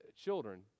Children